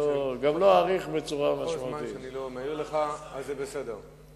כל זמן שאני לא מעיר לך זה בסדר.